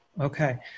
okay